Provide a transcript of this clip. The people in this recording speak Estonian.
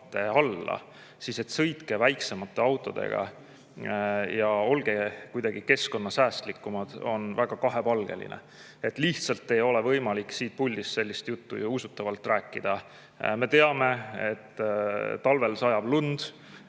alla –, et sõitke väiksemate autodega ja olge kuidagi keskkonnasäästlikumad, on väga kahepalgeline. Lihtsalt ei ole võimalik siit puldist sellist juttu usutavalt rääkida. Me teame, et talvel sajab lund.